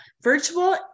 Virtual